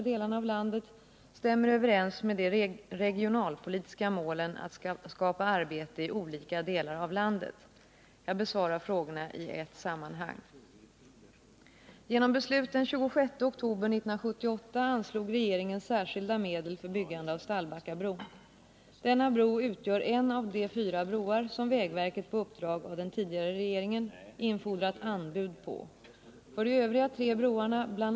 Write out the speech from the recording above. Den nya regeringen har nu meddelat att bara ett av de fyra projekten kommer till omedelbart utförande och att tillräckliga skäl inte talar för att med extra medel finansiera en tidigareläggning av de tre övriga broprojekten.